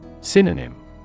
Synonym